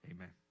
Amen